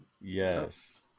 Yes